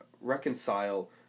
reconcile